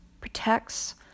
protects